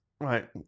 Right